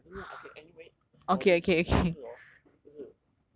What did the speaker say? I I don't know ah okay anyway the story 故事 orh 就是